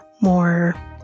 more